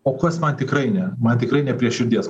o kas man tikrai ne man tikrai ne prie širdies